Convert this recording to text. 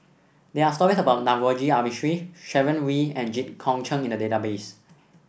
there are stories about Navroji R Mistri Sharon Wee and Jit Koon Ch'ng in the database